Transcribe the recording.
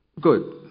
Good